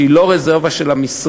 שהיא לא רזרבה של המשרד.